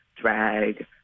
drag